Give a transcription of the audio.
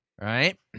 right